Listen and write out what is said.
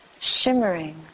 Shimmering